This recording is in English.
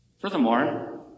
Furthermore